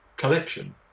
collection